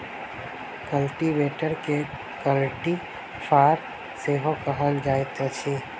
कल्टीवेटरकेँ कल्टी फार सेहो कहल जाइत अछि